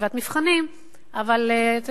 אחר כתיבת מבחנים,